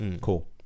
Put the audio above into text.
Cool